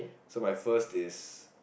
so my first is